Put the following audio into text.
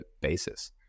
basis